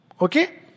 Okay